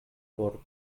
por